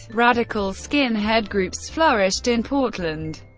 radical skinhead groups flourished in portland.